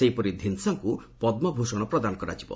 ସେହିପରି ଧୃନ୍ଦ୍ସାଙ୍କୁ ପଦ୍ମଭୂଷଣ ପ୍ରଦାନ କରାଯିବ